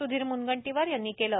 सुधीर मुनगंटीवार यांनी केले